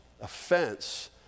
offense